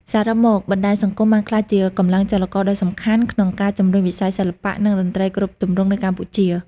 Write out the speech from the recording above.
សរុបមក បណ្ដាញសង្គមបានក្លាយជាកម្លាំងចលករដ៏សំខាន់ក្នុងការជំរុញវិស័យសិល្បៈ និងតន្ត្រីគ្រប់ទម្រង់នៅកម្ពុជា។